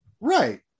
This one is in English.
Right